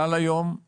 שכיום הוא גם קל,